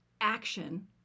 action